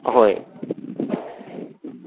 ꯑꯍꯣꯏ